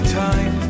time